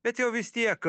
bet jau vis tiek